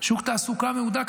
שוק תעסוקה מהודק,